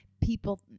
people